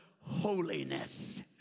holiness